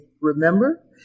remember